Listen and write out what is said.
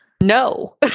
No